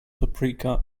paprika